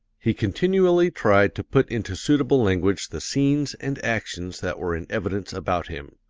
he continually tried to put into suitable language the scenes and actions that were in evidence about him.